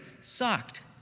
sucked